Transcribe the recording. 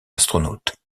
astronaute